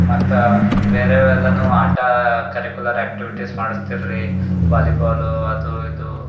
ಮತ್ತು ಬೇರೆವು ಎಲ್ಲಾ ಆಟ ಕರಿಕುಲರ್ ಆ್ಯಕ್ಟಿವಿಟೀಸ್ ಮಾಡಿಸ್ತೀ ರೀ ವಾಲಿಬಾಲ್ ಅದು ಇದು